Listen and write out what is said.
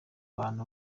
bantu